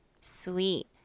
Sweet